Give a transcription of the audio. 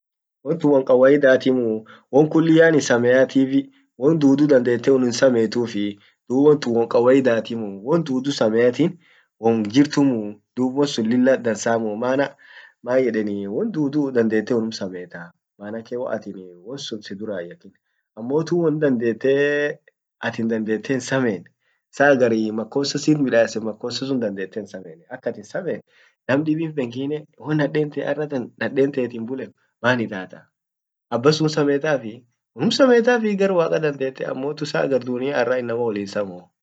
won tun won kawaidatimuu wontun yaani sameheatifi won dudu dandete hin samehetufii dub won tun won kawaidatimuuu won dudu sameheatin wom jirtumuu dub won sun lilla dansamuuu maana man yedeni won dudu dandete unnum samehetaaa manake waatin won sun sidura hinyakin atin dandete hin samehen saa agarii makosa sit midassen makossa sun dandete hinsamehene ak attin samehen nam dibin pengine wa nadente arratan naden tetin bullen maan ittat, abbasun hinsamehetafii? unnum samehetafiii gar waqah dandete ammotu saa agar dunian arra inaman willin sameheu.